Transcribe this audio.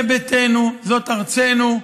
זה ביתנו, זאת ארצנו,